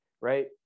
right